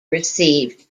received